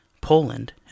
Poland